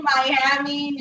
Miami